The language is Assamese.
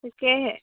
তাকে হে